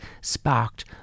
sparked